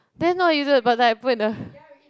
then what you do with the prata you put in the